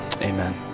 amen